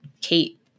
Kate